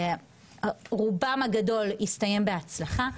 רובם הגדול הסתיים בהצלחה.